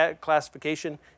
classification